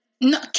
No